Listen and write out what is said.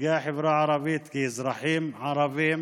נציגי החברה הערבית, האזרחים הערבים,